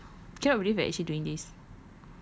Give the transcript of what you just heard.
kelakar sia cannot believe we are actually doing this